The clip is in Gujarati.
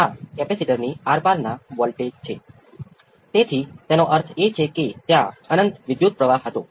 આ ફંક્શન માટે V c નો ઉકેલ બનવામાં આનો અર્થ શું છે